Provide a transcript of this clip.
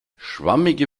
schwammige